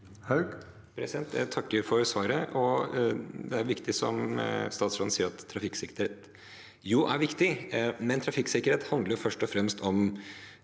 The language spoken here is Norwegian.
(MDG) Jeg tak- ker for svaret. Det er riktig, som statsråden sier, at trafikksikkerhet er viktig, men trafikksikkerhet handler først og fremst om